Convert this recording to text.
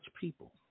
people